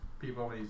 people